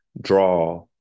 draw